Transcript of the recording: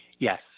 Yes